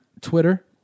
Twitter